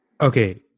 Okay